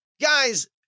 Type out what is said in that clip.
Guys